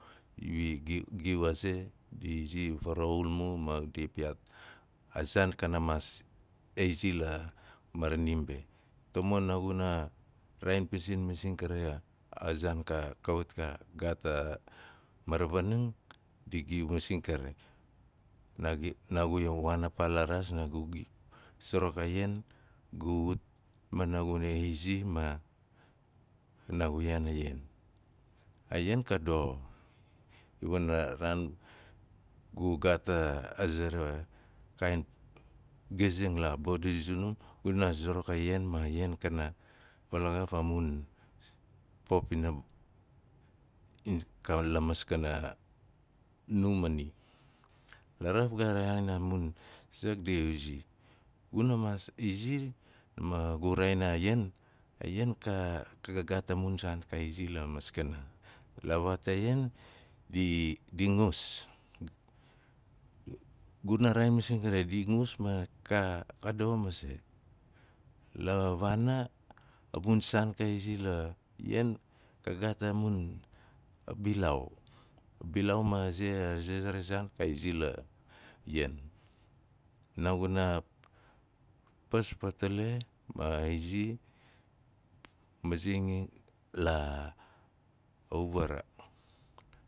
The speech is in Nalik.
Di piyaat a saan kana maas a izi la maranim be, tomon naaguna raain pizin be a zaan ka, kawat ka gaat a maravaning, di giu masing kari. Naagu gi- aiwaan a paa la raas naagu suruk a ian naagu uf naaguna izi ma naagu suruk a ian. A ian ka doxo, wana raan gu gaat a ze ra a giazing la bodi zunam guna zuruk a ian kana valagaaf a mun pop ina? La maskana nu ma ni. Laraaf ga raain a mun sak di zi. Guna maas izi ma gu raain a ian, a ian ka, ka waat a ian di, di ngus. guna raain masing kare di ngus ma kaa- ka doxo mase la vaana amun saan la ian ka gaat a mun a bilaau, bilaau ma ze a ze ra man saan ka i izi la ian. Naaguna paa fatali ma izi misinging la auvara.